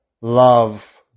love